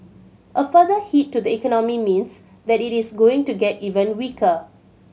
a further hit to the economy means that it is going to get even weaker